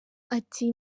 ati